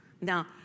Now